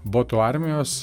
botų armijos